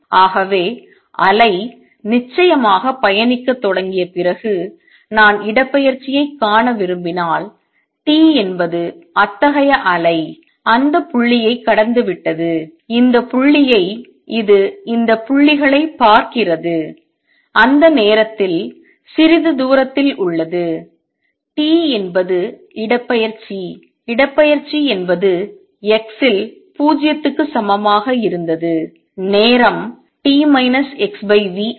ஆகவே அலை நிச்சயமாக பயணிக்கத் தொடங்கிய பிறகு நான் இடப்பெயர்ச்சியைக் காண விரும்பினால் t என்பது அத்தகைய அலை அந்த புள்ளியைக் கடந்துவிட்டது இந்த புள்ளியை இது இந்த புள்ளிகளைப் பார்க்கிறது அந்த நேரத்தில் சிறிது தூரத்தில் உள்ளது t என்பது இடப்பெயர்ச்சி என்பது x ல் 0 க்கு சமமாக இருந்தது நேரம் t x v ஆகும்